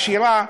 עשירה,